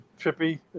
trippy